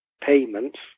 payments